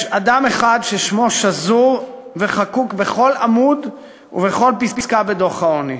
יש אדם אחד ששמו שזור וחקוק בכל עמוד ובכל פסקה בדוח העוני,